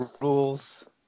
rules